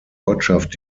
ortschaft